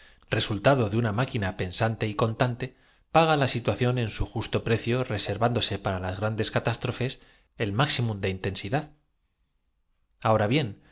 resultado de una máquina pensante y contante paga la situación en su justo precio reser vándose para las grandes catástrofes el máximum de intensidad ahora bien